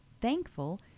Thankful